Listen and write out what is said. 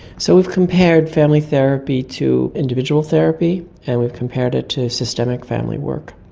so we've compared family therapy to individual therapy, and we've compared it to systemic family work.